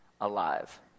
alive